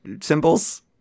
symbols